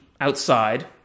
outside